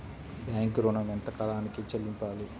Bank ఋణం ఎంత కాలానికి చెల్లింపాలి?